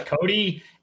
Cody